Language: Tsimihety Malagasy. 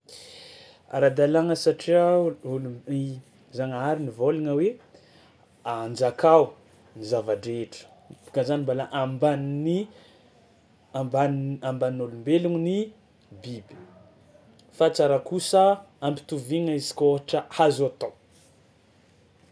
Ara-dalàgna satria ôlogno i zagnahary nivôlagna hoe anjakao ny zava-drehetra, boka zany mbôla ambanin'ny ambanin- ambanin'ny ôlombelogno ny biby, fa tsara kosa ampitoviagna izy koa ohatra hazo atao.